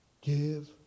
give